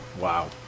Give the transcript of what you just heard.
Wow